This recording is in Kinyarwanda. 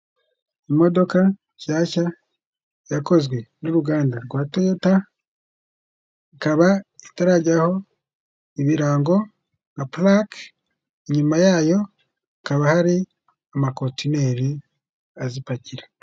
Imodoka nshyashya yakozwe n'uruganda rwa toyota, ikaba itarajyaho ibirango nka purake, inyuma yayo hakaba hari amakontineri azipakira.